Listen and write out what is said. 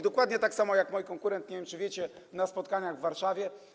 Dokładnie tak samo jak mój konkurent - nie wiem, czy wiecie - na spotkaniach w Warszawie.